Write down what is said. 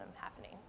happening